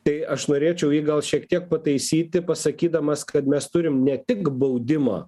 tai aš norėčiau jį gal šiek tiek pataisyti pasakydamas kad mes turim ne tik baudimo